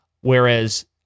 Whereas